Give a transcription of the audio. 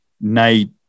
night